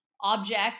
object